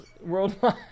worldwide